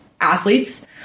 athletes